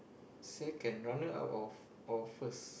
second runner up of or first